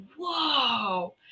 whoa